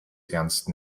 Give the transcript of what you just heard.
ernst